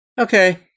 Okay